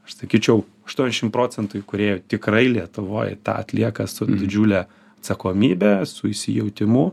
aš sakyčiau aštuoniasdešim procentų įkūrėjų tikrai lietuvoj tą atlieka su didžiule atsakomybe su įsijautimu